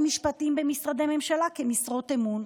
משפטיים במשרדי ממשלה כמשרות אמון,